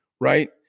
right